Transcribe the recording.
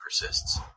persists